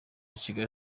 kigali